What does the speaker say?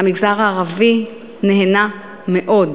המגזר הערבי נהנה מאוד.